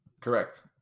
Correct